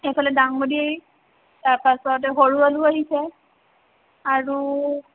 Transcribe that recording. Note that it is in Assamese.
এইফালে দাংবদি তাৰপাছতে সৰু আলু আহিছে আৰু